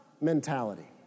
mentality